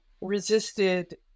resisted